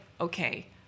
okay